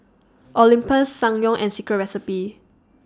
Olympus Ssangyong and Secret Recipe